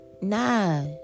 nah